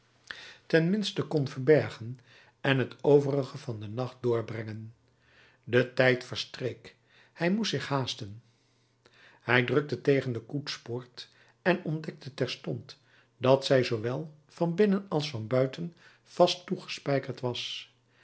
ten minste kon verbergen en het overige van den nacht doorbrengen de tijd verstreek hij moest zich haasten hij drukte tegen de koetspoort en ontdekte terstond dat zij zoowel van binnen als van buiten vast toegespijkerd was